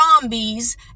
zombies